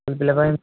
school ପିଲାପାଇଁ